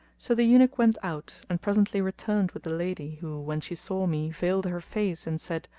so the eunuch went out and presently returned with the lady who, when she saw me veiled her face and said,